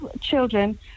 children